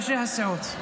ראשי הסיעות.